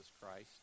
Christ